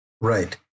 Right